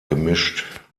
gemischt